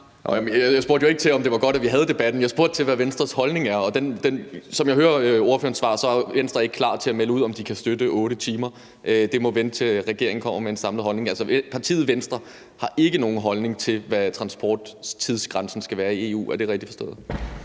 Jeg spurgte jo ikke til, om det var godt, at vi havde debatten. Jeg spurgte til, hvad Venstres holdning er. Som jeg hører ordførerens svar, er Venstre ikke klar til at melde ud, om de kan støtte 8 timer. Det må vente, til regeringen kommer med en samlet holdning. Partiet Venstre har ikke nogen holdning til, hvad transporttidsgrænsen skal være i EU. Er det rigtigt forstået?